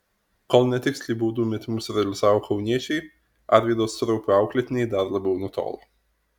kol netiksliai baudų metimus realizavo kauniečiai arvydo straupio auklėtiniai dar labiau nutolo